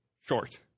Short